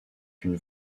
une